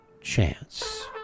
chance